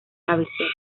cabecera